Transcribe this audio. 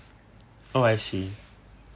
oh I see